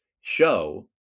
show